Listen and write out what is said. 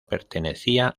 pertenecía